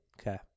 Okay